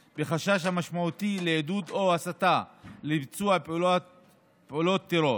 המשמעותי לעידוד או להסתה לביצוע פעולות טרור